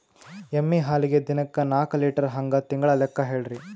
ಎಮ್ಮಿ ಹಾಲಿಗಿ ದಿನಕ್ಕ ನಾಕ ಲೀಟರ್ ಹಂಗ ತಿಂಗಳ ಲೆಕ್ಕ ಹೇಳ್ರಿ?